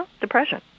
depression